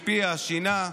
השפיע, שינה.